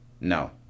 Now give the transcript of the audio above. no